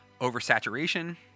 oversaturation